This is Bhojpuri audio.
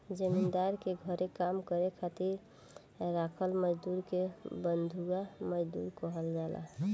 जमींदार के घरे काम करे खातिर राखल मजदुर के बंधुआ मजदूर कहल जाला